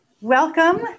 Welcome